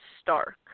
Stark